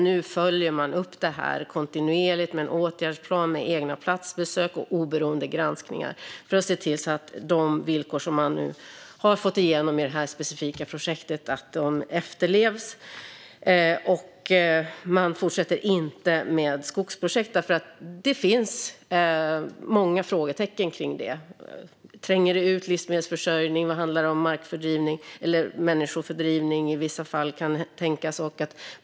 Nu följer man upp detta kontinuerligt med en åtgärdsplan, med egna platsbesök och med oberoende granskningar för att se till att de villkor som man nu har fått igenom i det specifika projektet efterlevs. Man fortsätter inte med skogsprojekt, för det finns många frågetecken kring det. Tränger det ut livsmedelsförsörjning? Handlar det i vissa fall om människofördrivning?